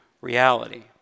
reality